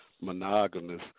monogamous